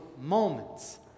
moments